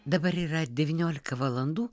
dabar yra devyniolika valandų